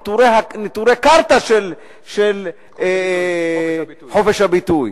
נטורי קרתא של חופש הביטוי,